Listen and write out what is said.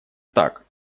так